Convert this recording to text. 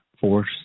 Force